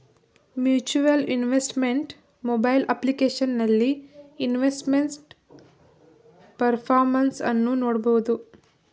mutual investment mobile ಅಪ್ಲಿಕೇಶನಲ್ಲಿ investment performance ಅನ್ನು ನೋಡ್ಬೋದು